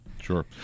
Sure